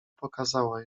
pokazała